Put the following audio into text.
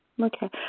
Okay